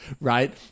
right